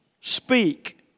speak